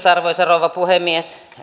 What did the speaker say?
arvoisa rouva puhemies